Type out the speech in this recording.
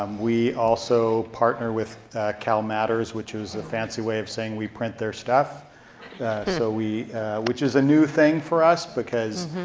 um we also partner with calmatters which is a fancy way of saying we print their stuff so which is a new thing for us because